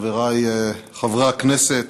חבריי חברי הכנסת,